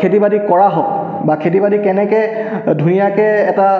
খেতি বাতি কৰা হয় বা খেতি বাতি কেনেকৈ ধুনীয়াকৈ এটা